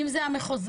אם הקצב